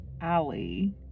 Alley